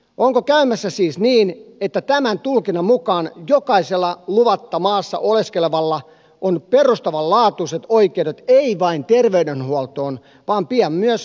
onko käymässä siis niin että tämän tulkinnan mukaan jokaisella luvatta maassa oleskelevalla on perustavanlaatuiset oikeudet ei vain terveydenhuoltoon vaan pian myös toimeentulotukeen